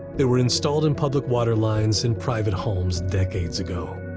they were installed in public water lines and private homes decades ago.